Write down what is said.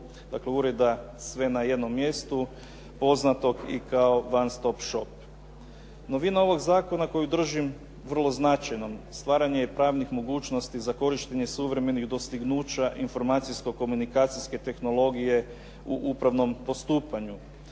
svim ostalim strankama u postupku. Značajna novina ovog zakona koju držim vrlo značajnom, stvaranje je pravnih mogućnosti za korištenje suvremenih dostignuća informacijsko komunikacijske tehnologije u upravnom postupanju.